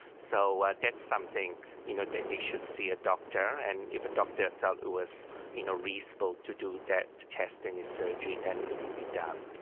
so that's something you know that they should see a doctor, and if a doctor felt it was you know reasonable to do that test in the surgery then it would be done.